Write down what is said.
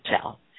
tell